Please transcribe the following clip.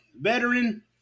Veteran